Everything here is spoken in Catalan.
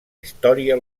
història